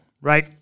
right